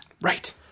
Right